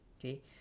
okay